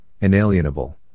inalienable